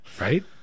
right